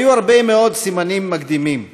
היו הרבה מאוד סימנים מקדימים: